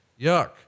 Yuck